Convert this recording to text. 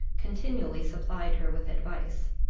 continually supplied her with advice,